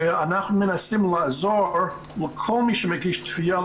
ואנחנו מנסים לעזור לכל מי שמגיש תביעה